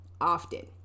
often